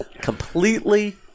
completely